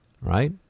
right